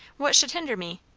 what should hinder me?